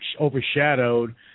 overshadowed